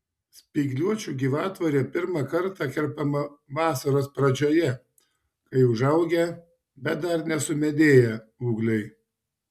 spygliuočių gyvatvorė pirmą kartą kerpama vasaros pradžioje kai užaugę bet dar nesumedėję ūgliai